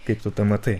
kaip tu tą matai